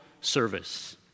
service